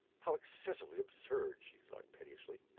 how excessively absurd! she thought, pettishly.